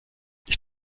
ich